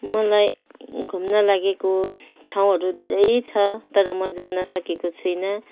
मलाई घुम्न लागेको ठाउँहरू धेरै छ तर म जान सकेको छुइनँ